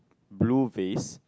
blue vase